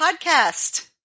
Podcast